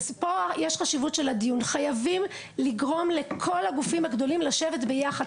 ופה יש חשיבות של הדיון: חייבים לגרום לכל הגופים הגדולים לשבת ביחד.